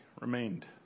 remained